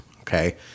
okay